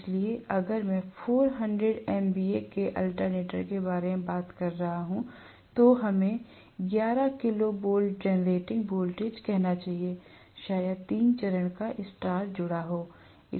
इसलिए अगर मैं 400 MVA के अल्टरनेटर के बारे में बात कर रहा हूं तो हमें 11 किलो वोल्ट जनरेटिंग वोल्टेज कहना चाहिए शायद तीन चरण का स्टार जुड़ा हो